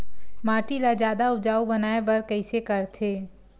माटी ला जादा उपजाऊ बनाय बर कइसे करथे?